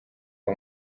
uwo